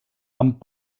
amb